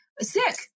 sick